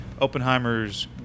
Oppenheimer's